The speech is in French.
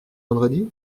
vendredi